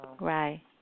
Right